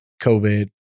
COVID